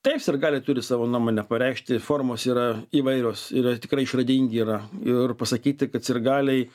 taip sirgaliai turi savo nuomonę pareikšti formos yra įvairios yra tikrai išradingi yra ir pasakyti kad sirgaliai